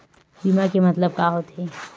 बीमा के मतलब का होथे?